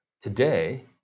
today